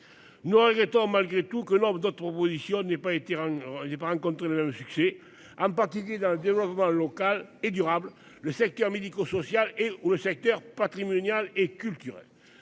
Nous regrettons malgré tout que nombre d'autres propositions n'aient pas été. J'ai pas rencontré le succès, en particulier dans le développement local et durable. Le secteur médico-social et où le secteur patrimonial et culturel